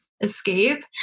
escape